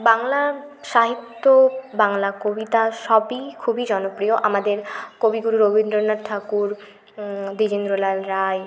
বাংলা সাহিত্য বাংলা কবিতা সবই খুবই জনপ্রিয় আমাদের কবিগুরু রবীন্দ্রনাথ ঠাকুর দ্বিজেন্দ্রলাল রায়